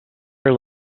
her